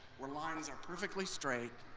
where lines are perfectly straight,